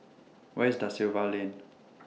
Where IS DA Silva Lane